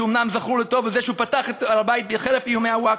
שאומנם הוא זכור לטוב בזה שהוא פתח את הר-הבית חרף איומי הווקף,